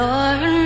Lord